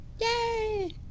Yay